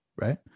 Right